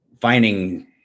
finding